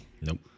Nope